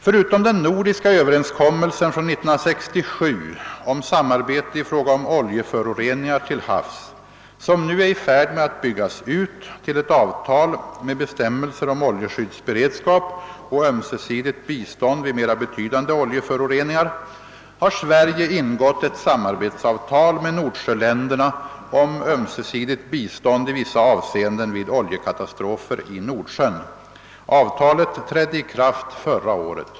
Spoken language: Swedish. Förutom den nordiska överenskommelsen från 1967 om samarbete i fråga om oljeföroreningar till havs, som nu är i färd med att byggas ut till ett avtal med bestämmelser om oljeskyddsberedskap och ömsesidigt bistånd vid mera betydande oljeföroreningar, har Sverige ingått ett samarbetsavtal med nordsjöländerna om ömsesidigt bistånd i vissa avseenden vid oijekatastrofer i Nordsjön. Avtalet trädde i kraft förra året.